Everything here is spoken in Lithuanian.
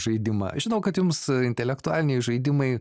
žaidimą žinau kad jums intelektualiniai žaidimai